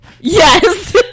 Yes